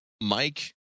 Mike